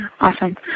Awesome